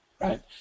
right